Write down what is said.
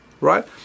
right